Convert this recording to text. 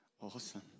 Awesome